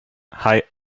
hei